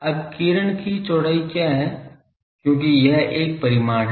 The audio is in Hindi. अब किरण की चौड़ाई क्या है क्योंकि यह एक परिमाण है